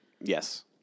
Yes